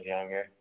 younger